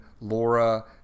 Laura